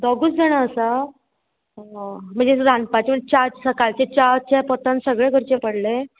दोगूच जाणां आसा आं म्हणजे रांदपाचे म्हणजे च्या सकाळचे च्या पोतान सगळें करचें पडलें